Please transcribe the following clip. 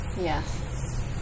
yes